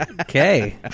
Okay